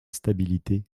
stabilité